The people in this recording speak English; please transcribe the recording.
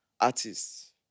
artists